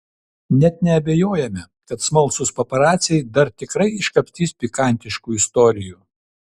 net neabejojame kad smalsūs paparaciai dar tikrai iškapstys pikantiškų istorijų